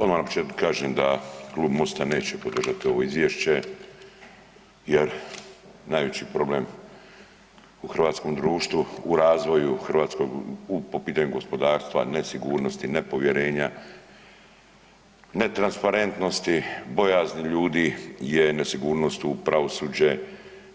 Odmah na početku kažem da Klub MOST-a neće podržati ovo izvješće jer najveći problem u hrvatskom društvu u razvoju po pitanju gospodarstva, nesigurnosti, nepovjerenja, netransparentnosti, bojazni ljudi je nesigurnost u pravosuđe